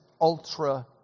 ultra